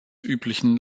üblichen